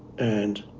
and